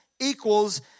equals